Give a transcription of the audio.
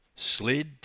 slid